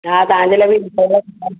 हा तव्हांजे लाइ बि अथव जाम